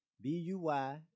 b-u-y